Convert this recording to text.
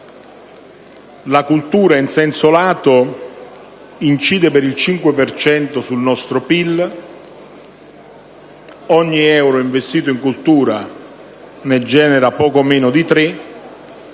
La cultura in senso lato incide per il 5 per cento sul nostro PIL. Ogni euro investito in cultura ne genera poco meno di tre.